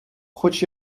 хоч